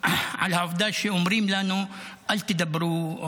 על העובדה שאומרים לנו: אל תדברו.